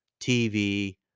TV